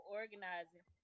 organizing